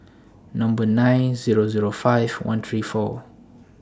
Number nine Zero Zero five one three four